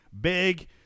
big